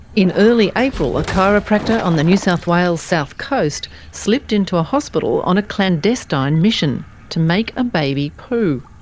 in early april a chiropractor on the new south wales south coast slipped into a hospital on a clandestine mission to make a baby poo.